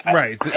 right